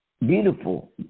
beautiful